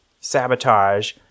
sabotage